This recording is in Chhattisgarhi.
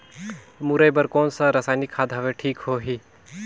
मुरई बार कोन सा रसायनिक खाद हवे ठीक होही?